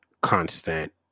constant